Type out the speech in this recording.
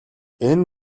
энэ